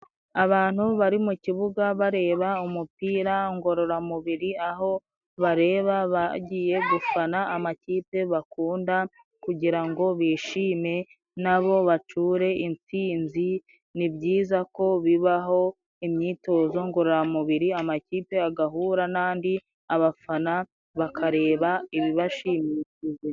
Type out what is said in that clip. Abantu bari mu kibuga bareba umupira ngororamubiri aho bareba bagiye gufana amakipe bakunda kugira ngo bishime nabo bacure intsinzi. Ni byiza ko bibaho imyitozo ngororamubiri amakipe agahura n'andi abafana bakareba ibibashimishije.